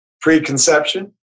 Preconception